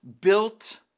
built